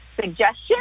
suggestion